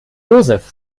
josef